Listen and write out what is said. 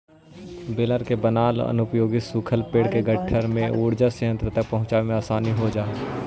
baler से बनाल अनुपयोगी सूखल पेड़ के गट्ठर के ऊर्जा संयन्त्र तक पहुँचावे में आसानी हो जा हई